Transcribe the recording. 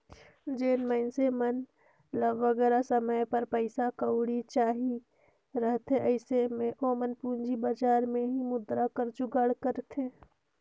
जेन मइनसे मन ल बगरा समे बर पइसा कउड़ी चाहिए रहथे अइसे में ओमन पूंजी बजार में ही मुद्रा कर जुगाड़ करथे